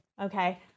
okay